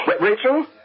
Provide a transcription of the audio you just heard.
Rachel